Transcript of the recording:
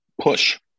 push